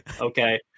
okay